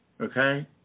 Okay